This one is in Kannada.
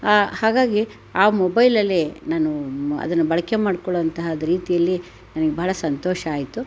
ಹಾಗಾಗಿ ಆ ಮೊಬೈಲಲ್ಲಿ ನಾನು ಅದನ್ನು ಬಳಕೆ ಮಾಡಿಕೊಳ್ಳೋಂತಹ ರೀತಿಯಲ್ಲಿ ನನಗ್ ಬಹಳ ಸಂತೋಷ ಆಯಿತು